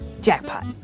Jackpot